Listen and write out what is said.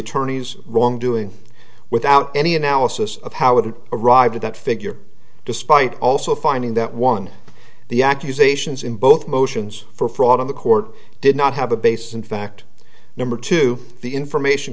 attorneys wrongdoing without any analysis of how it arrived at that figure despite also finding that one of the accusations in both motions for fraud on the court did not have a basis in fact number two the information